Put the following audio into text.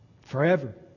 Forever